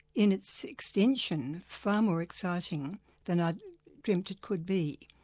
in its extension, far more exciting than i dreamt it could be.